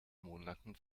monaten